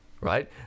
right